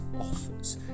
offers